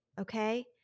Okay